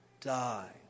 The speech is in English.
die